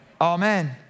Amen